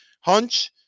Hunch